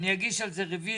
אני אגיש על זה רוויזיה.